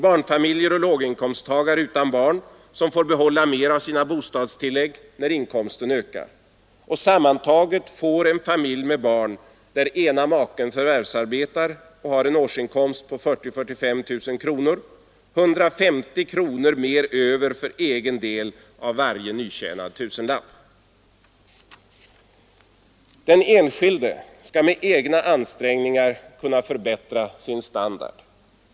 Barnfamiljer och låginkomsttagare utan barn får behålla mer av sina bostadstillägg när inkomsten ökar. Sammantaget får t.ex. en familj med barn där ena maken förvärvsarbetar och har en årsinkomst på 40 000—45 0000 kronor 150 kronor mer över för egen del av varje nytjänad tusenlapp. Den enskilde skall med egna ansträngningar kunna förbättra sin standard.